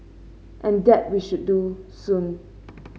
and that we should do soon